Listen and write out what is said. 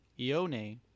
Ione